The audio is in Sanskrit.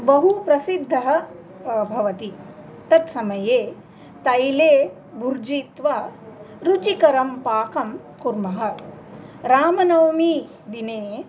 बहु प्रसिद्धः भवति तत्समये तैले भुर्जित्वा रुचिकरं पाकं कुर्मः रामनवमी दिने